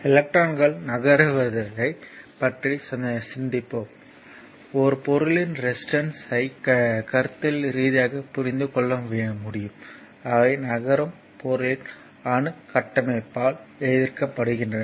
எலக்ட்ரான்கள் நகர்த்துவதைப் பற்றி சிந்திப்போம் ஒரு பொருளின் ரெசிஸ்டன்ஸ் ஐ கருத்தியல் ரீதியாக புரிந்து கொள்ள முடியும் அவை நகரும் பொருளின் அணு கட்டமைப்பால் எதிர்க்கப்படுகின்றன